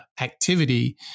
activity